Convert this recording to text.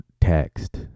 text